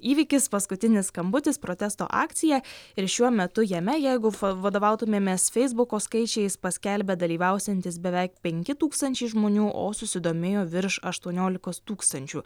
įvykis paskutinis skambutis protesto akcija ir šiuo metu jame jeigu vadovautumėmės feisbuko skaičiais paskelbė dalyvausiantys beveik penki tūkstančiai žmonių o susidomėjo virš aštuoniolikos tūkstančių